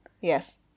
Yes